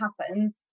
happen